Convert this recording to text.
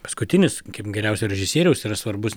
paskutinis kaip geriausio režisieriaus yra svarbus